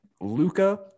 Luca